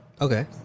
Okay